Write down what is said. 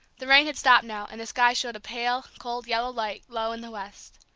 the rain had stopped now, and the sky showed a pale, cold, yellow light low in the west.